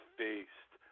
faced